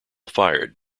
fired